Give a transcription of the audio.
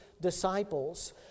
disciples